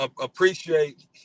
appreciate